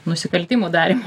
nusikaltimų darymu